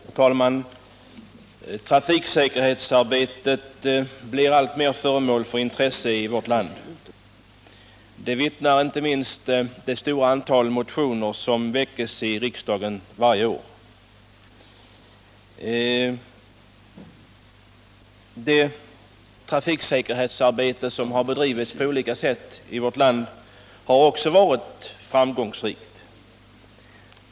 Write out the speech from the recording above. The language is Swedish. Herr talman! Trafiksäkerhetsarbetet blir alltmer föremål för intresse i vårt land. Därom vittnar inte minst det stora antal motioner som väcks i riksdagen varje år. Det trafiksäkerhetsarbete som har bedrivits på olika sätt i vårt land har också varit framgångsrikt.